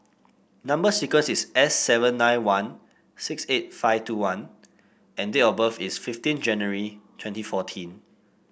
number sequence is S seven nine one six eight five two one and date of birth is fifteen January twenty fourteen